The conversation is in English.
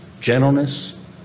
gentleness